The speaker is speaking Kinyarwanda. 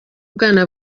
bwana